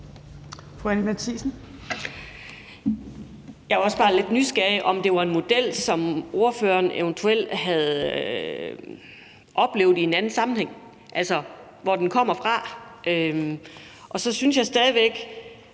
Jeg var også bare lidt nysgerrig efter at vide, om det var en model, som ordføreren eventuelt havde oplevet i en anden sammenhæng, altså, hvor den kommer fra. Og så tænker jeg stadig væk,